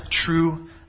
true